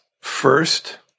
first